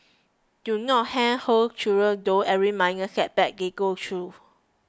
do not handhold children through every minor setback they go through